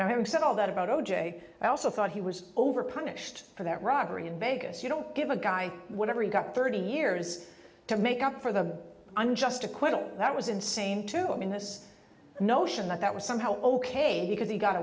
now having said all that about o j i also thought he was over punished for that robbery in vegas you don't give a guy whatever you got thirty years to make up for the unjust acquittal that was insane to him in this notion that that was somehow ok because he got